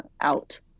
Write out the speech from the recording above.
out